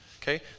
Okay